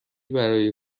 برای